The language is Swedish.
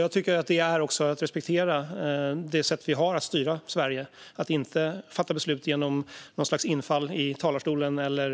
Jag tycker att det är att respektera det sätt vi har att styra Sverige på att inte fatta beslut genom något slags infall i talarstolen eller